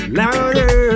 louder